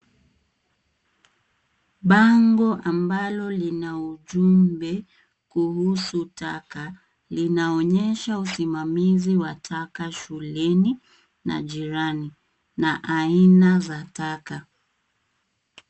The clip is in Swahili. Bango ambalo lina ujumbe kuhusu taka linaonyesha usimamizi wa taka shuleni na jirani na aina za taka.